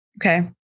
Okay